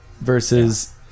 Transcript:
versus